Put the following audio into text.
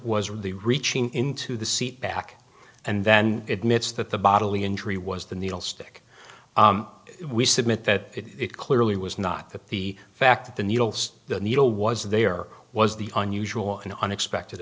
really reaching into the seat back and then admits that the bodily injury was the needle stick we submit that it clearly was not that the fact that the needles the needle was there was the unusual and unexpected